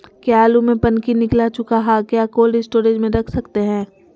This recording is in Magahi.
क्या आलु में पनकी निकला चुका हा क्या कोल्ड स्टोरेज में रख सकते हैं?